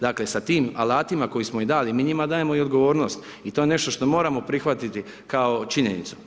Dakle, sa tim alatima koji smo im dali mi njima dajemo i odgovornost i to je nešto što moramo prihvatiti kao činjenicu.